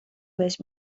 بهش